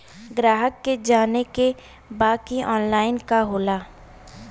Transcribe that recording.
ग्राहक के जाने के बा की ऑनलाइन का होला?